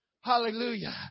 Hallelujah